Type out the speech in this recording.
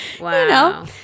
Wow